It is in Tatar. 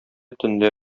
төнлә